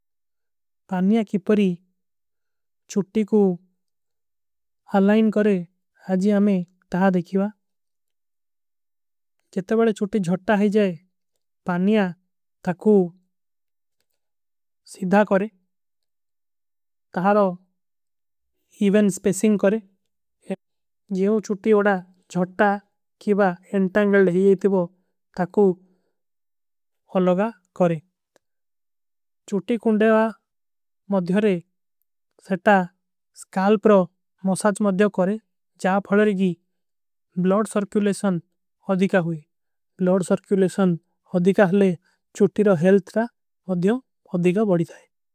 ପାନିଯା କୀ ପରୀ ଚୁଟ୍ଟୀ କୂ ହାଲାଇନ କରେ ହାଜୀ ଆମେ। ତହାଂ ଦେଖୀଵା ଜେତେ ବଡେ ଚୁଟ୍ଟୀ ଜଟ୍ଟା ହୈ ଜୈ ପାନିଯା ତକୂ। ସିଧା କରେ ତହାଂ ରୋ ଇଵନ ସ୍ପେସିଂଗ। କରେ ଜେଵଂ ଚୁଟ୍ଟୀ ଉଡା ଜଟ୍ଟା କୀଵା। ଏଂଟାଂଗଲ୍ଡ ହୈ ଯେତେ ବୋ ତକୂ ଅଲଗା କରେ ଚୁଟ୍ଟୀ କୂଂଡେଵା। ମଧ୍ଯୋରେ ସେଟା ସକାଲପ୍ରୋ ମସାଚ ମଧ୍ଯୋ କରେ। ଜାଫଡରୀଗୀ ବ୍ଲୋଡ ସର୍କ୍ଯୂଲେଶନ ଅଧିକା ହୁଈ।